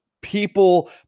people